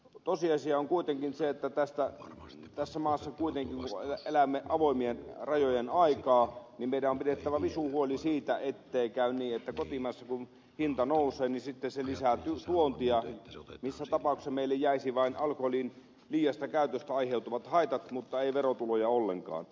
tosiasia on kuitenkin se että tässä maassa kun elämme kuitenkin avoimien rajojen aikaa meidän on pidettävä visu huoli siitä ettei käy niin että kun kotimaassa hinta nousee niin sitten se lisää tuontia missä tapauksessa meille jäisi vain alkoholin liiasta käytöstä aiheutuvat haitat mutta ei verotuloja ollenkaan